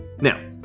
Now